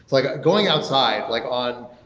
like going outside like on